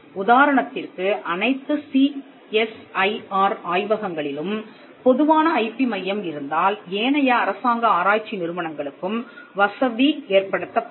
உதாரணத்திற்கு அனைத்து C S I R ஆய்வகங்களிலும் பொதுவான ஐபி மையம் இருந்தால் ஏனைய அரசாங்க ஆராய்ச்சி நிறுவனங்களுக்கும் வசதி ஏற்படுத்தப்படும்